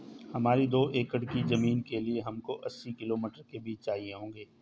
हमारी दो एकड़ की जमीन के लिए हमको अस्सी किलो मटर के बीज चाहिए होंगे